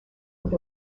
with